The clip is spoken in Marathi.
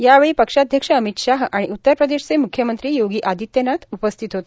यावेळी पक्षाध्यक्ष अमित शाह आणि उत्तर प्रदेशचे म्ख्यमंत्री योगी आदित्यनाथ उपस्थित होते